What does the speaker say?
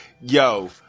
yo